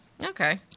Okay